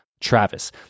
Travis